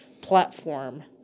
platform